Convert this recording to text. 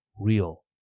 real